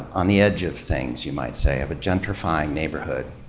on the edge of things, you might say, of a gentrifying neighborhood.